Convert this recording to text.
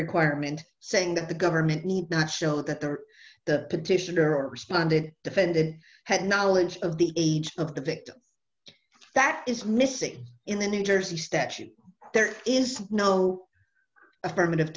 requirement saying that the government need not show that they're the petitioner responded defended had knowledge of the age of the victim that is missing in the new jersey statute there is no affirmative